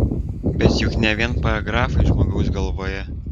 bet juk ne vien paragrafai žmogaus galvoje